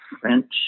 French